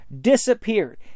disappeared